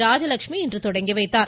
ராஜலெட்சுமி இன்று தொடங்கி வைத்தார்